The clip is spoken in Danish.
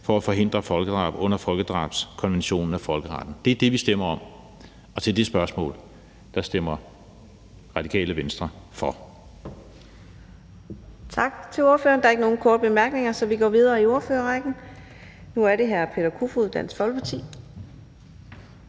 for at forhindre folkedrab under folkedrabskonventionen og folkeretten. Det er det, vi stemmer om, og til det spørgsmål stemmer Radikale Venstre for.